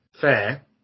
fair